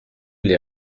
lès